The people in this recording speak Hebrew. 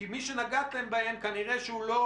כי מי שנגעתם בהם כנראה שהוא לא